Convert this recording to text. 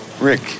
Rick